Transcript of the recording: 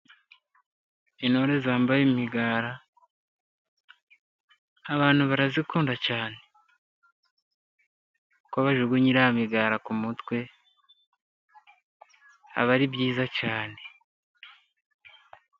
Intore zambaye imigara abantu barazikunda cyane, uko bajugunye iriya migara kumutwe, biba ari byiza cyane.